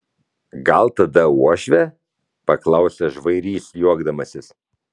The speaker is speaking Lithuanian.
gal tada uošvė paklausė žvairys juokdamasis